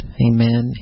amen